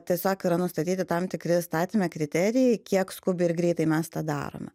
tiesiog yra nustatyti tam tikri įstatyme kriterijai kiek skubiai ir greitai mes tą darome